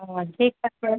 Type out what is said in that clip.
হুম ঠিক আছে